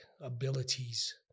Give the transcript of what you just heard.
abilities